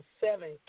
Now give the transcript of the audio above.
seven